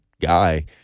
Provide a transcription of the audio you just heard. guy